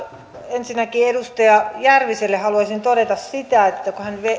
ensinnäkin edustaja järviselle haluaisin todeta kun hän